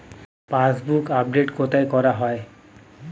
Passbook update কোথায় করা হয়?